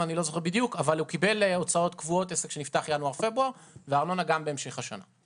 הוא קיבל הוצאות קבועות ינואר-פברואר וארנונה גם בהמשך השנה.